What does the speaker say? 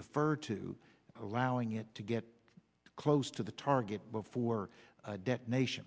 defer to allowing it to get close to the target before detonation